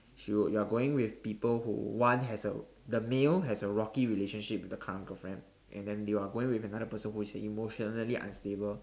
you you're going with people who one has a the male has a rocky relationship with the current girlfriend and then you're going with another person who is emotionally unstable